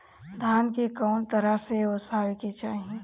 धान के कउन तरह से ओसावे के चाही?